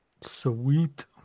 Sweet